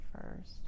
first